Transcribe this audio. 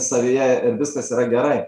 savyje viskas yra gerai